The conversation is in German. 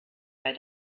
bei